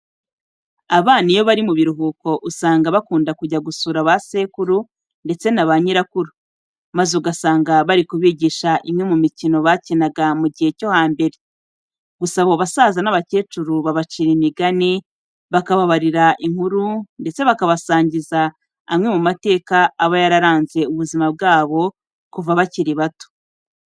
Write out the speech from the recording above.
Abana iyo bari mu biruhuko usanga bakunda kujya gusura ba sekuru ndetse na ba nyirakuru, maze ugasanga bari kubigisha imwe mu mikino bakinaga mu gihe cyo hambere. Gusa abo basaza n'abakecuru babacira imigani, bakababarira inkuru ndetse bakabasangiza amwe mu mateka aba yararanze ubuzima bwabo kuva bakiri bato.